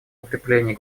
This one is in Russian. укреплении